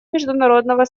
международного